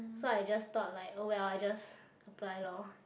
so I just thought like oh well I just apply lor